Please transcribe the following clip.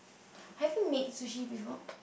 haven't made sushi before